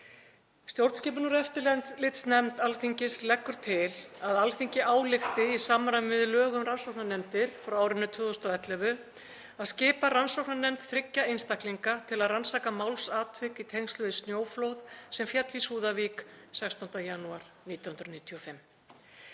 Stjórnskipunar- og eftirlitsnefnd Alþingis leggur til að Alþingi álykti í samræmi við lög um rannsóknarnefndir, frá árinu 2011, að skipa rannsóknarnefnd þriggja einstaklinga til að rannsaka málsatvik í tengslum við snjóflóð sem féll í Súðavík 16. janúar 1995.